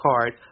card